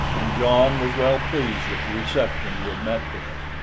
and john was well pleased at the reception he had met with.